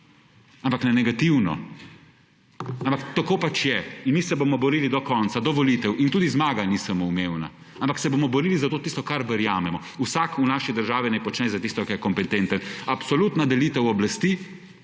ampak ne negativno. Ampak tako pač je in mi se bomo borili do konca, do volitev in tudi zmaga ni samoumevna, ampak se bomo borili za tisto v kar verjamemo. Vsak v naši državi naj počne za tisto kar je kompetenten. Absolutna delite oblasti,